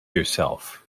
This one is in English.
yourself